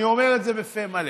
אני אומר את זה בפה מלא,